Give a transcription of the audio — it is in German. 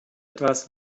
etwas